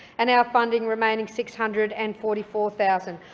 and our funding remaining six hundred and forty four thousand